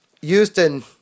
Houston